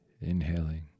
inhaling